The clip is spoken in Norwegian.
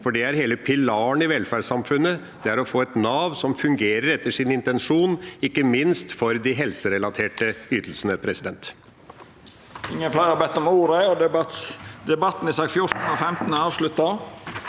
for hele pilaren i velferdssamfunnet er å få et Nav som fungerer etter sin intensjon, ikke minst for de helserelaterte ytelsene. Presidenten